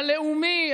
הלאומי,